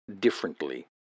differently